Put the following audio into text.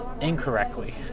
incorrectly